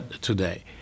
today